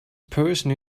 person